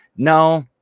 No